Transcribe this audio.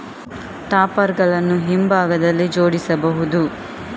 topper ಗಳನ್ನು ಹಿಂಭಾಗದಲ್ಲಿ ಜೋಡಿಸಬಹುದು